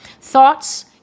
Thoughts